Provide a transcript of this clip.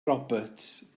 roberts